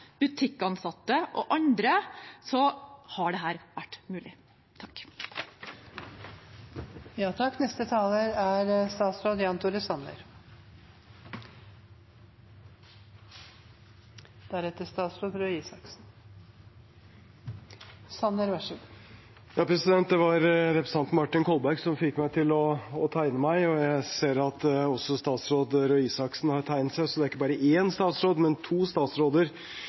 butikkansatte og andre har dette vært mulig. Det var representanten Martin Kolberg som fikk meg til å tegne meg, og jeg ser at også statsråd Røe Isaksen har tegnet seg, så det er ikke bare én statsråd, men to statsråder